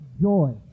joy